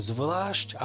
Zvlášť